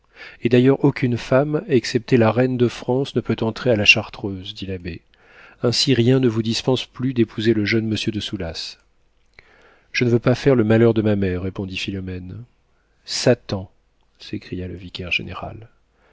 et d'ailleurs aucune femme excepté la reine de france ne peut entrer à la chartreuse dit l'abbé ainsi rien ne vous dispense plus d'épouser le jeune monsieur de soulas je ne veux pas faire le malheur de ma mère répondit philomène satan s'écria le vicaire-général